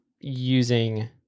using